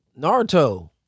Naruto